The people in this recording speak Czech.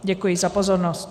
Děkuji za pozornost.